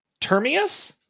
Termius